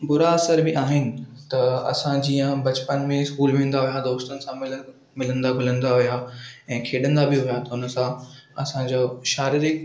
बुरा असर बि आहिनि त असां जीअं बचपन में इस्कूलु वेंदा हुआ दोस्तनि सां मिलंदा घुलंदा हुआ ऐं खेॾंदा बि हुआ हुनसां असांजो शारीरिकु